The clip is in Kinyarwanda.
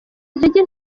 intege